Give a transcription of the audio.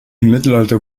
mittelalter